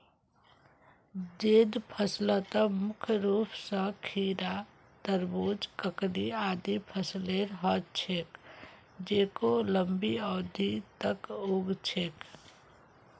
जैद फसलत मुख्य रूप स खीरा, तरबूज, ककड़ी आदिर फसलेर ह छेक जेको लंबी अवधि तक उग छेक